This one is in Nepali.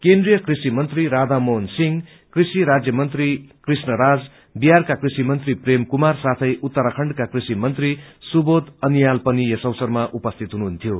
केन्द्रिय कृषि मंत्री राधा मोहन सिंह कृषि राज्यमंत्री कृष्णा राज बिहारका कृषि मंत्री प्रेम कुमार साथै उत्तराखण्का कृषि मंत्री सुवोध उनियाल पनि यस अवसरमा उपसिति हुनुहुन्थ्यो